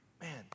man